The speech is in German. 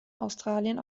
australien